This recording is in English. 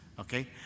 okay